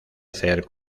hacer